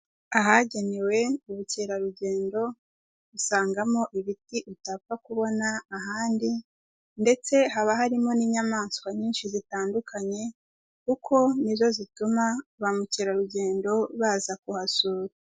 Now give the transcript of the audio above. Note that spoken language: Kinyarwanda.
Ahagenewe ubukerarugendo usangamo ibiti utapfa kubona ahandi ndetse haba harimo n'inyamaswa nyinshi zitandukanye kuko nizo zituma ba mukerarugendo baza kuhasura.